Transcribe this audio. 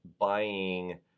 buying